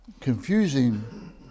confusing